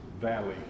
valley